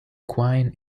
quine